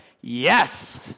yes